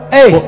Hey